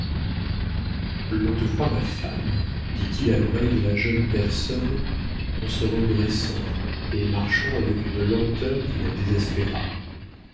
on te croit ma femme dit-il à l'oreille de la jeune personne en se redressant et marchant avec une lenteur qui la désespéra